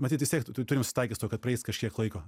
matyt vis tiek turim susitaikyt su tuo kad praeis kažkiek laiko